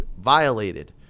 violated